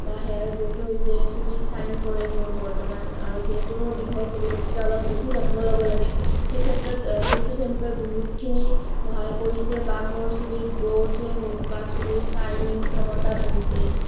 বা hair growth হৈছে চুলি চাইন কৰে মোৰ বৰ্তমান আৰু যিহেতু মোৰ দীঘল চুলি গতিকে অলপ বেছি যত্ন ল'ব লাগে সেই ক্ষেত্ৰত সেইটো চেম্পুৱে বহুতখিনি সহায় কৰিছে বা মোৰ চুলিৰ গ্ৰ'থেই হওক বা চুলিৰ চাইনিং ক্ষমতা বাঢ়িছে